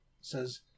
says